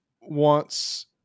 wants